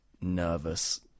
nervous